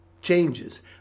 changes